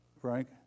Frank